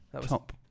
Top